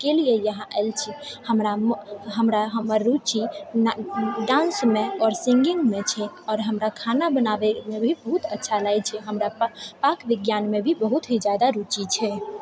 के लिए यहाँ आएल छिऐ हमरा हमर रुचि ना डान्समे आओर सिंगिङ्गमे छै आओर हमरा खाना बनाबैमे भी बहुत अच्छा लागए छै हमरा पाक विज्ञानमे भी बहुत ही जादा रुचि छै